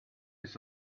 ist